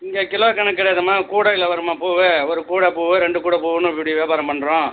இங்கே கிலோ கணக்கு கிடையாதும்மா கூடையில் வரும்மா பூவு ஒரு கூடை பூவு ரெண்டு கூடை பூவுன்னு இப்படி வியாபாரம் பண்ணுறோம்